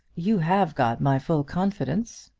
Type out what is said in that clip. you have got my full confidence,